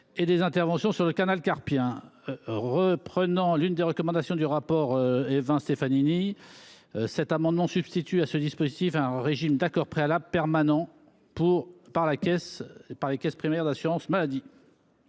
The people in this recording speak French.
et des interventions sur le canal carpien. Suivant l’une des recommandations du rapport Évin Stefanini, nous proposons de substituer à ce dispositif un régime d’accord préalable permanent par les caisses primaires d’assurance maladie.